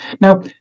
Now